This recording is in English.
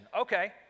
Okay